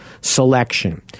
selection